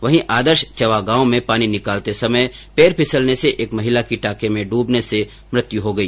वहीं आदर्श चवा गांव में पानी निकालते समय पैर फिसलने से एक महिला की टांके में गिरने के कारण मृत्यु हो गई